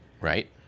Right